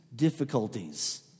difficulties